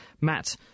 Matt